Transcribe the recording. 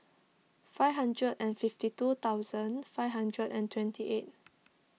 five hundred and fifty two thousand five hundred and twenty eight